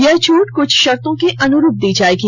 यह छट क्छ शर्तों के अनुरूप दी जायेगी